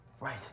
Right